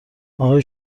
آهای